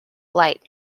light